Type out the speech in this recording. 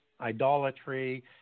idolatry